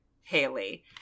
Haley